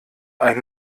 ein